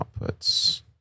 outputs